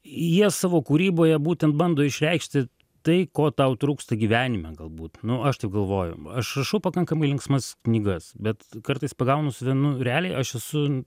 jie savo kūryboje būtent bando išreikšti tai ko tau trūksta gyvenime galbūt nu aš taip galvoju aš rašau pakankamai linksmas knygas bet kartais pagaunu save nu realiai aš esu